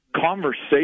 conversation